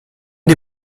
die